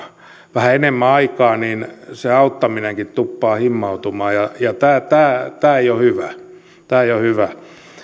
vähän enemmän aikaa niin se auttaminenkin tuppaa himmautumaan ja ja tämä ei ole hyvä tämä ei ole hyvä